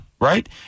right